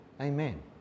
Amen